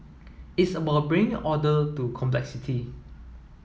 it's about bringing order to complexity